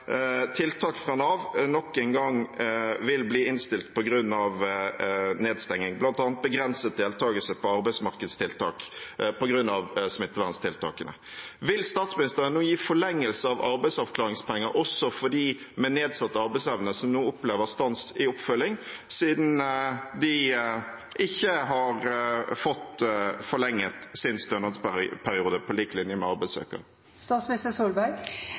tiltak fra Nav nok en gang vil bli innstilt på grunn av nedstenging, bl.a. begrenset deltakelse på arbeidsmarkedstiltak på grunn av smitteverntiltakene. Vil statsministeren nå gi forlengelse av arbeidsavklaringspenger også for dem med nedsatt arbeidsevne som nå opplever stans i oppfølging, siden de ikke har fått forlenget sin stønadsperiode på lik linje med